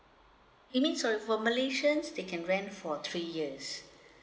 it means uh for malaysians they can rent for three years